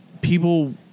people